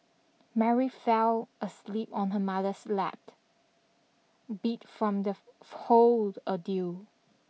Mary fell asleep on her mother's lap beat from the whole ordeal